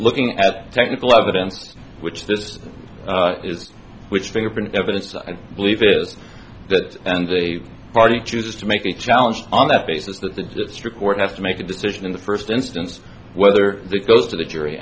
looking at technical evidence which this is which fingerprint evidence i believe it is that and the party chooses to make the challenge on that basis that the district court has to make a decision in the first instance whether it goes to the jury